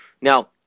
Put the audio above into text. Now